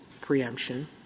preemption